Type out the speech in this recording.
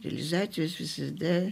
realizacijos visada